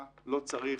בסוף,